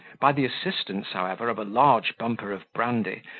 by the assistance, however, of a large bumper of brandy,